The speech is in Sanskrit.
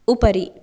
उपरि